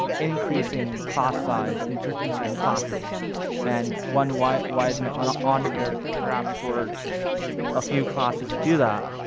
increasing class size in certain in certain classes and one, why why isn't ah on on here perhaps for a few classes to do that